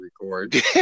record